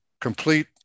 complete